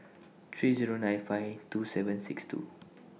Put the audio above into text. three Zero nine five two seven six two